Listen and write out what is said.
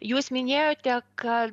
jūs minėjote kad